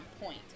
point